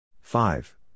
Five